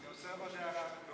אני רוצה עוד הערה.